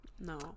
No